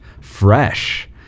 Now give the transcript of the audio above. fresh